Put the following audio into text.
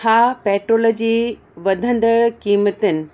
हा पेट्रोल जे वधंदड़ क़ीमतुनि